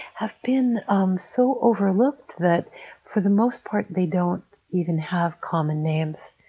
have been um so overlooked that for the most part they don't even have common names.